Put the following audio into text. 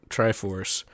Triforce